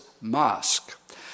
mosque